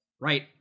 right